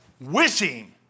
Wishing